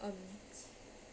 um